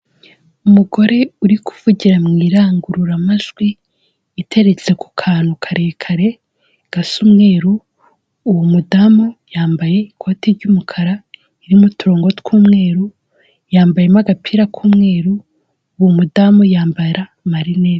Umugore uri kuvugira mu irangururamajwi iteretse ku kantu karekare, gasa umweru, uwo mudamu yambaye ikoti ry'umukara, ririmo uturongo tw'umweru, yambayemo agapira k'umweru, uwo mudamu yambara amarinete.